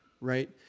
Right